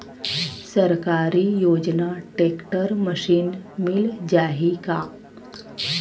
सरकारी योजना tractor machine मिल जाही का?